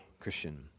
Christian